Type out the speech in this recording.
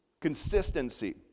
Consistency